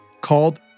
called